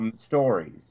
stories